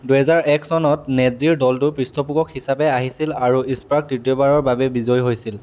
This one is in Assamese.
দুহেজাৰ এক চনত নেট জিৰ' দলটোৰ পৃষ্ঠপোষক হিচাপে আহিছিল আৰু স্প্ৰাগ তৃতীয়বাৰৰ বাবে বিজয়ী হৈছিল